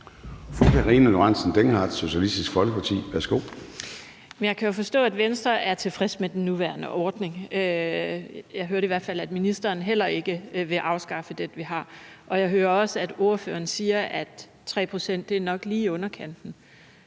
Jeg kan jo forstå, at Venstre er tilfreds med den nuværende ordning. Jeg hørte i hvert fald, at ministeren heller ikke vil afskaffe den, vi har. Jeg hører også, at ordføreren siger, at 3 pct. nok er lige i underkanten.